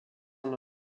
nord